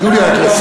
תנו לי רק לסיים.